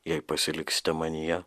jei pasiliksite manyje